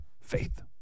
faith